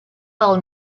del